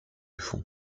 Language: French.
fond